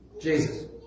Jesus